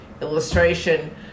illustration